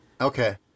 Okay